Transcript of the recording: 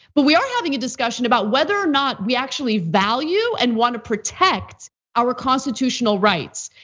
but we are having a discussion about, whether or not we actually value, and want to protect our constitutional rights.